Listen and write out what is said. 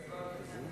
הבנתי.